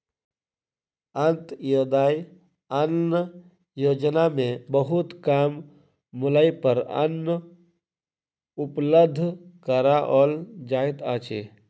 अन्त्योदय अन्न योजना में बहुत कम मूल्य पर अन्न उपलब्ध कराओल जाइत अछि